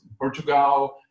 Portugal